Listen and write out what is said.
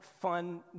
fun